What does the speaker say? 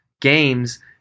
games